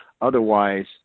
otherwise